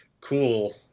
cool